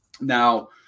Now